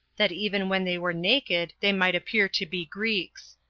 that even when they were naked they might appear to be greeks.